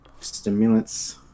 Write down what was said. stimulants